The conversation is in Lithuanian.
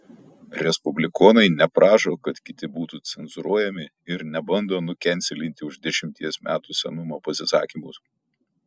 respublikonai neprašo kad kiti būtų cenzūruojami ir nebando nukenselinti už dešimties metų senumo pasisakymus